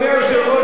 אדוני היושב-ראש,